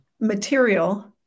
material